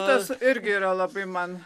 tas irgi yra labai man